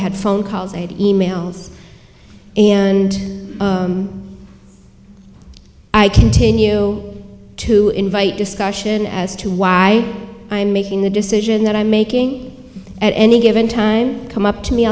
had phone calls and e mails and i continue to invite discussion as to why i'm making the decision that i'm making at any given time come up to me